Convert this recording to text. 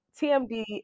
tmd